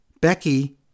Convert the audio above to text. Becky